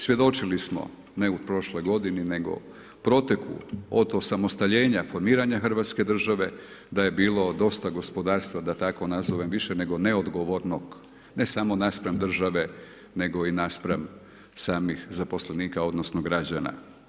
Svjedočili smo, ne u prošloj godini nego proteku od osamostaljenja, formiranja Hrvatske države da je bilo dosta gospodarstva da tako nazovem, više nego neodgovornog ne samo naspram države nego i naspram zaposlenika odnosno građana.